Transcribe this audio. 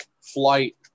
flight